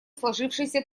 сложившейся